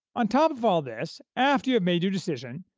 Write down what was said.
on top of all this, after you have made your decision,